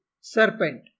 Serpent